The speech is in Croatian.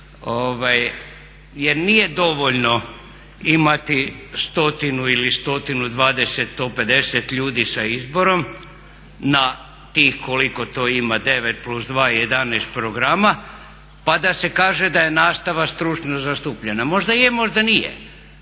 jer nije dovoljno imati 100 ili 120, 150 ljudi sa izborom na tih koliko to ima 9+2, 11 programa pa da se kaže da je nastava stručno zastupljena. Možda je, možda nije.